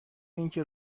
اینکه